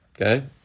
Okay